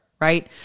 right